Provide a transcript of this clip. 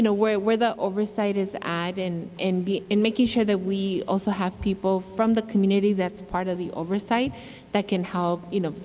know, where where the oversight is at and and and making sure that we also have people from the community that's part of the oversight that can help, you know,